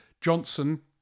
Johnson